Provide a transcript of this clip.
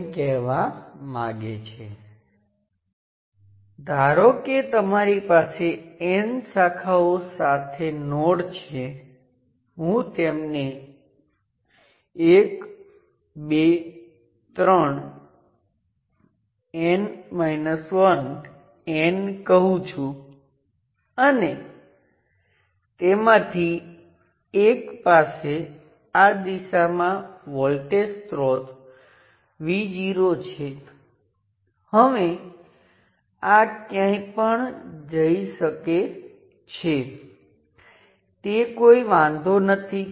તો ખૂબ જ ઉપયોગી છે કારણ કે તમારી પાસે સેંકડો રેઝિસ્ટર અને નિયંત્રિત સ્ત્રોત સાથેની તમારી પાસે જટિલ સર્કિટ છે તે હજારો અને લાખો પણ હોઈ શકે જ્યાં સુધી આ બે ટર્મિનલ એક આ અને એક આ પ્રાઈમ છેડાં પરના સર્કિટના વર્તન વિશે સંકળાયેલ હોય ત્યાં સુધી કોઈ વાંધો નથી